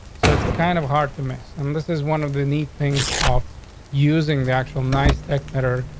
so it's kind of hard to miss. and this is one of the neat things off using the actual nice text, that air,